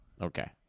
okay